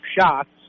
shots